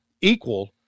equal